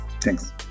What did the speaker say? Thanks